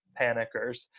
panickers